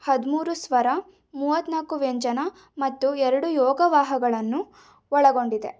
ಹದಿಮೂರು ಸ್ವರ ಮೂವತ್ತ ನಾಲ್ಕು ವ್ಯಂಜನ ಮತ್ತು ಎರಡು ಯೋಗವಾಹಗಳನ್ನು ಒಳಗೊಂಡಿದೆ